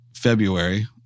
February